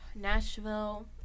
Nashville